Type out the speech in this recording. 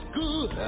good